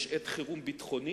יש עת חירום ביטחונית,